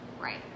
Right